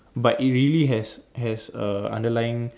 but it really has has a underlying